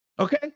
okay